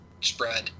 spread